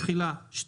תקנה 2